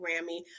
grammy